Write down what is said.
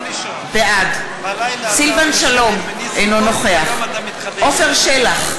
בעד סילבן שלום, אינו נוכח עפר שלח,